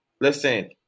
listen